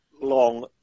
long